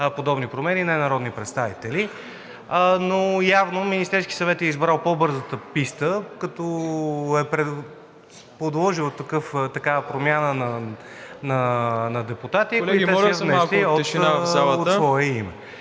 подобни промени, не народни представители. Но явно Министерският съвет е избрал по-бързата писта, като е предложил такава промяна на депутати... (Шум в залата.)